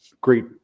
great